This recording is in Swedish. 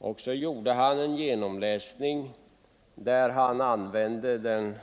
Herr Bergqvist gjorde en genomläsning där han använde den